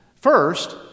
First